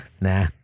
nah